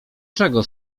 czego